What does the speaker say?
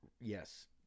Yes